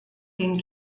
den